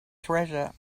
treasure